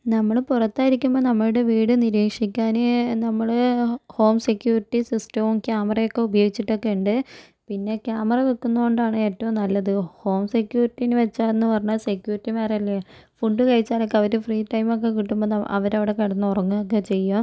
നമ്മൾ പുറത്തായിരിക്കുമ്പോൾ നമ്മുടെ വീട് നിരീക്ഷിക്കാൻ നമ്മൾ ഹോം സെക്യൂരിറ്റി സിസ്റ്റവും ക്യാമറയൊക്കെ ഉപയോഗിച്ചിട്ടൊക്കെ ഉണ്ട് പിന്നെ ക്യാമറ വെക്കുന്നതു കൊണ്ടാണ് ഏറ്റവും നല്ലത് ഹോം സെക്യൂരിറ്റിയെ വെച്ചാൽ എന്ന് പറഞ്ഞാൽ സെക്യൂരിറ്റിമാരല്ലേ ഫുഡ് കഴിച്ചാലൊക്കെ അവർ ഫ്രീ ടൈമൊക്കെ കിട്ടുമ്പോൾ നമ് അവരവിടെ കിടന്ന് ഉറങ്ങുകയൊക്കെ ചെയ്യും